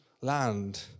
land